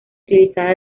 utilizada